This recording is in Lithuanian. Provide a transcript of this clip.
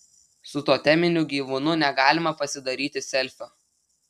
su toteminiu gyvūnu negalima pasidaryti selfio